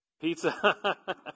pizza